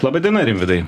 laba diena rimvydai